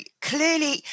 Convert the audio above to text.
clearly